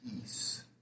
peace